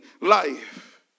life